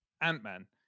ant-man